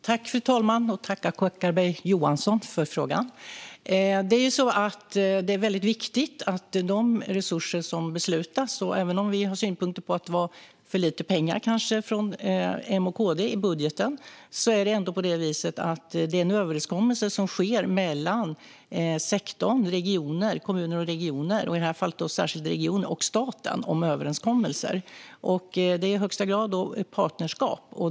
Fru talman! Tack, Acko Ankarberg Johansson, för frågan! Det är väldigt viktigt att beslut om resurser, även om vi har synpunkter på att det var för lite pengar från M och KD i budgeten, sker genom överenskommelser mellan kommuner och regioner och i det här fallet särskilt regioner och staten. Det är i högsta grad ett partnerskap.